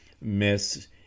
miss